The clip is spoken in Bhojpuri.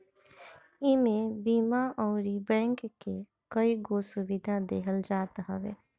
इमे बीमा अउरी बैंक के कईगो सुविधा देहल जात हवे